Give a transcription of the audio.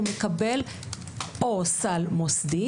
הוא מקבל או סל מוסדי,